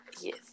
Yes